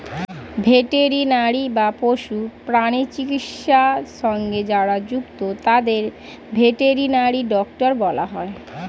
veterinary বা পশু প্রাণী চিকিৎসা সঙ্গে যারা যুক্ত তাদের ভেটেরিনারি ডক্টর বলা হয়